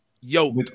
yo